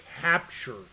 capture